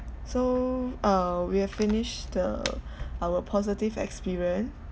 so uh we have finished the our positive experience